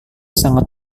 sangat